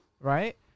right